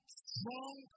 strong